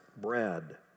bread